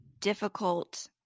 difficult